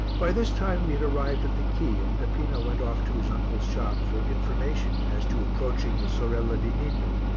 by this time we had arrived at the quay and peppino went off to his uncle's shop for information as to approaching the sorella di ninu,